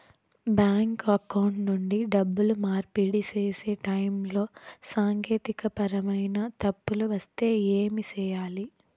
bank account నుండి డబ్బులు మార్పిడి సేసే టైములో సాంకేతికపరమైన తప్పులు వస్తే ఏమి సేయాలి